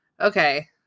Okay